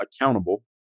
accountable